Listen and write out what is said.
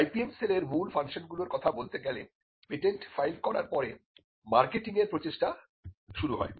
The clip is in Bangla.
IPM সেলের মূল ফাংশনগুলো র কথা বলতে গেলে পেটেন্ট ফাইল করার পরে মার্কেটিং marketing এর প্রচেষ্টা শুরু করা হয়